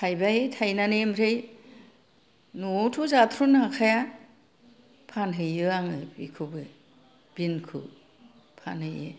थायबाय थायनानै ओमफ्राय न'आवथ' जाथ्र'नो हाखाया फानहैयो आङो बेखौबो बिनखौ फानहैयो